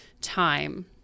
time